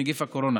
אז נכון,